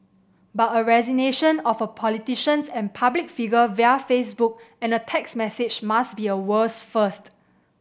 but a resignation of a politicians and public figure via Facebook and a text message must be a world's first